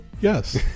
yes